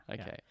Okay